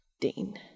Dean